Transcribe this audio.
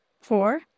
Four